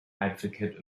advocate